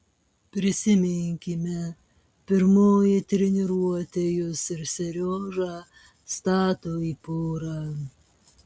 prisiminkime pirmoji treniruotė jus ir seriožą stato į porą